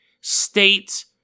state